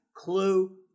Clue